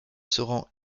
seront